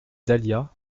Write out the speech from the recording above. dahlias